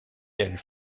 elles